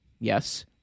Yes